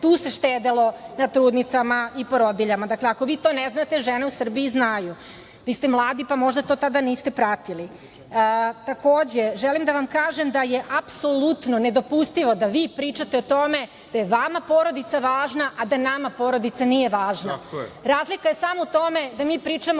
Tu se štedelo na trudnicama i porodiljama. Dakle, ako vi to ne znate, žene u Srbiji znaju. Vi ste mladi, pa možda to tada niste pratili. Takođe, želim da vam kažem da je apsolutno nedopustivo da vi pričate o tome da je vama porodica važna, a da nama porodica nije važna. Razlika je samo u tome da mi pričamo